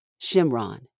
Shimron